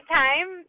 time